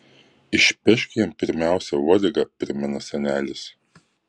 išpešk jam pirmiausia uodegą primena senelis